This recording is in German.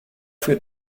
für